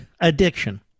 addiction